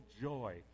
joy